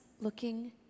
looking